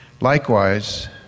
Likewise